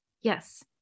Yes